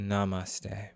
Namaste